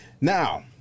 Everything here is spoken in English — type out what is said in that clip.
now